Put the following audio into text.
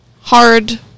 hard